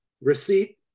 receipt